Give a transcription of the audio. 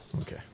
Okay